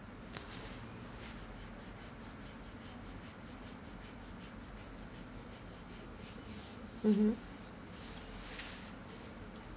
mmhmm